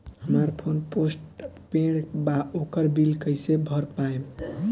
हमार phone postpaid बा ओकर बिल कईसे भर पाएम?